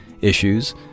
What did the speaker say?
issues